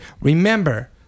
Remember